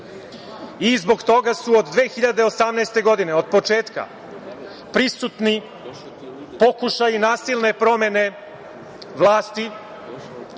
toga su od 2018. godine, od početka, prisutni pokušaju nasilne promene vlasti